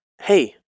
hey